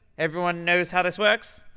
everyone knows how this works?